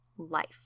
life